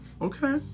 Okay